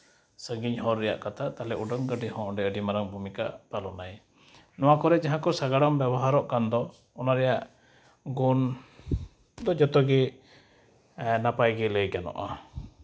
ᱥᱟᱺᱜᱤᱧ ᱦᱚᱨ ᱨᱮᱭᱟᱜ ᱠᱟᱛᱷᱟ ᱛᱟᱦᱚᱞᱮ ᱩᱰᱟᱹᱱ ᱜᱟᱹᱰᱤ ᱦᱚᱸ ᱚᱸᱰᱮ ᱟᱹᱰᱤ ᱢᱟᱨᱟᱝ ᱵᱷᱩᱢᱤᱠᱟ ᱯᱟᱞᱚᱱ ᱟᱭ ᱱᱚᱣᱟ ᱠᱚᱨᱮᱜ ᱡᱟᱦᱟᱸ ᱠᱚ ᱥᱟᱸᱜᱟᱲᱚᱢ ᱵᱮᱵᱚᱦᱟᱨᱚᱜ ᱠᱟᱱ ᱫᱚ ᱚᱱᱟ ᱨᱮᱭᱟᱜ ᱜᱩᱱ ᱫᱚ ᱡᱚᱛᱚᱜᱮ ᱱᱟᱯᱟᱭ ᱜᱮ ᱞᱟᱹᱭ ᱜᱟᱱᱚᱜᱼᱟ